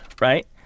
right